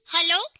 Hello